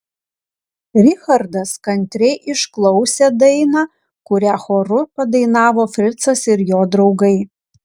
richardas kantriai išklausė dainą kurią choru padainavo fricas ir jo draugai